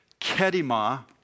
Kedima